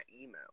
email